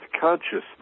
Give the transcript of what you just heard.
consciousness